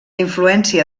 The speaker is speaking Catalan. influència